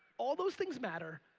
all those things matter,